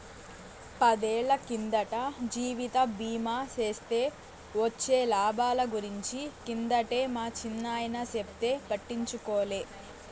పదేళ్ళ కిందట జీవిత బీమా సేస్తే వొచ్చే లాబాల గురించి కిందటే మా చిన్నాయన చెప్తే పట్టించుకోలే